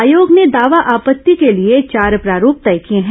आयोग ने दावा आपत्ति के लिए चार प्रारूप तय किए हैं